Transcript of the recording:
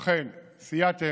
אכן, סייעתם,